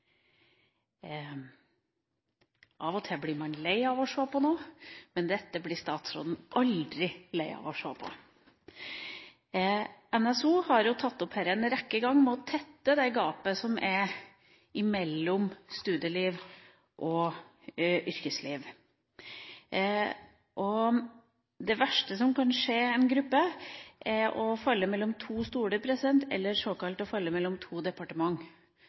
Av og til blir man lei av å se på noe, men dette blir statsråden aldri lei av å se på. NSO har en rekke ganger tatt opp dette med å tette gapet mellom studieliv og yrkesliv. Det verste som kan skje en gruppe, er å falle mellom to stoler, eller å falle mellom to